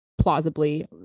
plausibly